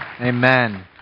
Amen